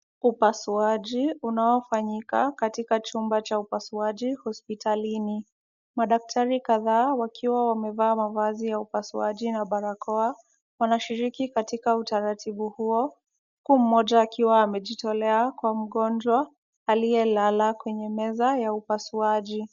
Upasuaji unaofanyika katika chumba cha upasuaji hospitalini. Madaktari kadhaa wakiwa wamevaa mavazi ya upasuaji na barakoa, wanashiriki katika utaratibu huo, huku mmoja akiwa amejitolea kwa mgonjwa, aliyelala kwenye meza ya upasuaji.